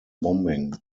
bombing